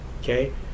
Okay